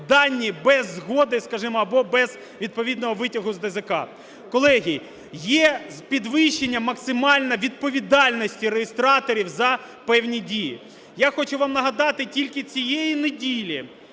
дані без згоди, скажімо, або без відповідного витягу з ДЗК. Колеги, є підвищення максимальне відповідальності реєстраторів за певні дії. Я хочу вам нагадати, тільки цієї неділі